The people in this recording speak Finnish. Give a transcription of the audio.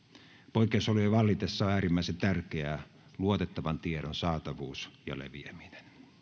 poikkeusolojen vallitessa on äärimmäisen tärkeää luotettavan tiedon saatavuus ja leviäminen